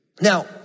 Now